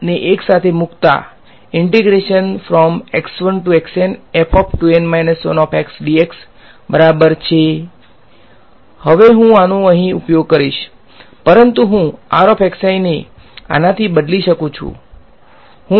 તેથી આ અને આને એકસાથે મુકતા બરાબર છે હવે હું આનો અહીં ઉપયોગ કરીશ પરંતુ હું ને આનાથી બદલી શકું છું હું